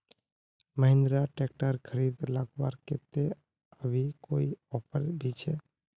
Mahindra tractor खरीद लगवार केते अभी कोई ऑफर भी छे?